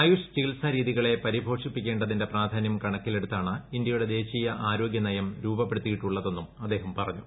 ആയുഷ് ചികിത്സാരീതികളെ പരിപോഷിപ്പിക്കേണ്ടതിന്റെ പ്രാധാന്യം കണക്കിലെടുത്താണ് ഇന്ത്യയുടെ ദേശീയ ആരോഗ്യനയം രൂപപ്പെടുത്തിയിട്ടുളളതെന്നും അദ്ദേഹം പറഞ്ഞു